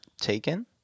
taken